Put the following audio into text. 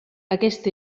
aquest